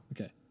Okay